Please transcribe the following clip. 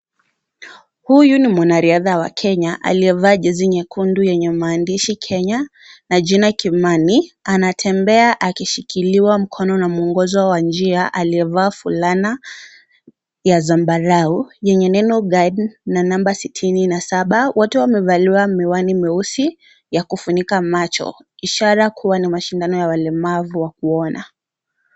Huyu ni mwanariadha wa Kenya aliyevaa jezi nyekundu yenye maandishi Kenya na jina Kimani anatembea akishikiliwa mikono na muongozi wa njia aliyevaa fulana ya zambarau yenye neno guard na nambari sitini na saba. Wote wamevalia miwani mieusi ya kufunika macho ishara kuwa ni mashindano ya walemavu wa kuona.